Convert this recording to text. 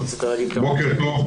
בוקר טוב.